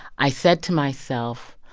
i said to myself,